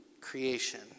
creation